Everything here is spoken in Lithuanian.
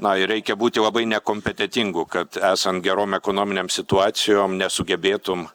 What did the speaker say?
na ir reikia būti labai nekompetentingu kad esant gerom ekonominėm situacijom nesugebėtum